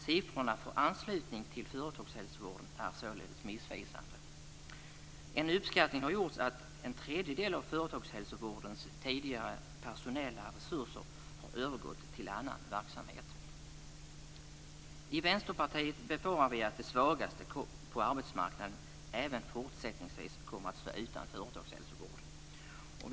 Siffrorna för anslutning till företagshälsovården är således missvisande. En uppskattning har gjorts att en tredjedel av företagshälsovårdens tidigare personella resurser har övergått till annan verksamhet. I Vänsterpartiet befarar vi att de svagaste på arbetsmarknaden även fortsättningsvis kommer att stå utan företagshälsovård.